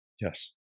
Yes